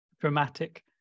dramatic